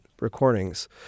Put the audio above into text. recordings